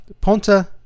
Ponta